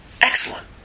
Excellent